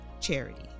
charity